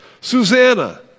Susanna